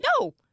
No